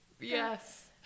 yes